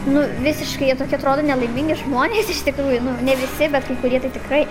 nu visiškai jie tokie atrodo nelaimingi žmonės iš tikrųjų nu ne visi bet kai kurie tai tikrai